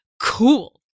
cool